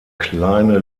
kleine